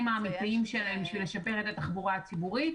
האמיתיים שלהם בשביל לשפר את התחבורה הציבורית,